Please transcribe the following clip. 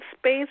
space